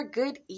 good